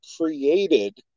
created